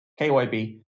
KYB